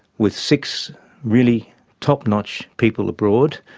with six really top-notch people abroad,